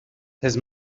his